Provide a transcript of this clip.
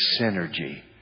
synergy